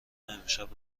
امشب